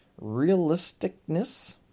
realisticness